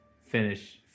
finish